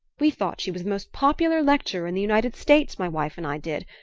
we thought she was most popular lecturer in the united states, my wife and i did!